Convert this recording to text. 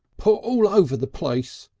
put all over the place!